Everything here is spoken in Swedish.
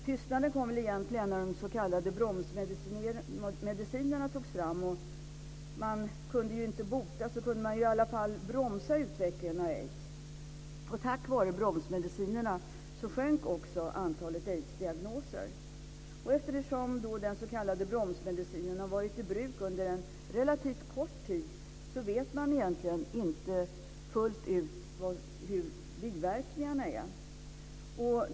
Tystnaden kom väl egentligen när de s.k. bromsmedicinerna togs fram. Kunde man inte bota kunde man i alla fall bromsa utvecklingen av aids. Tack vare bromsmedicinerna sjönk också antalet aidsdiagnoser. Eftersom den s.k. bromsmedicinen har varit i bruk under en relativt kort tid vet man egentligen inte fullt ut hur biverkningarna ser ut.